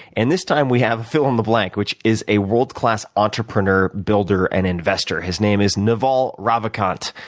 and this time we have a fill in the blank, which is a world class entrepreneur, builder and investor. his name is naval ravikant.